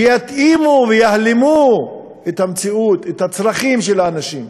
שיתאמו ויהלמו את המציאות, את הצרכים של האנשים.